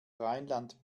rheinland